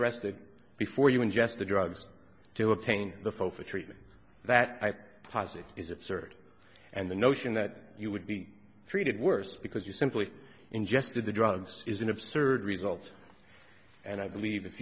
arrested before you ingest the drugs to obtain the phone for treatment that i posit is absurd and the notion that you would be treated worse because you simply ingested the drugs is an absurd result and i believe if